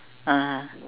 (uh huh)